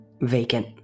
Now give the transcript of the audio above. vacant